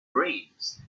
brains